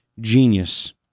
Genius